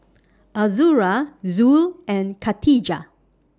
Azura Zul and Katijah